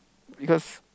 because